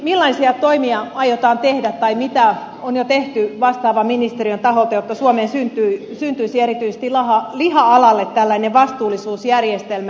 millaisia toimia aiotaan tehdä tai mitä on jo tehty vastaavan ministeriön taholta jotta suomeen syntyisi erityisesti liha alalle tällainen vastuullisuusjärjestelmä